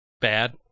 Bad